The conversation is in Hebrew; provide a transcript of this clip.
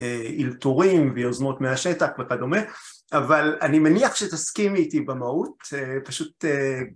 אילתורים ויוזמות מהשטח וכדומה, אבל אני מניח שתסכים איתי במהות פשוט